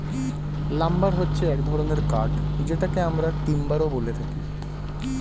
lumber হচ্ছে এক ধরনের কাঠ যেটাকে আমরা টিম্বারও বলে থাকি